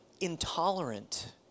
intolerant